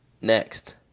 Next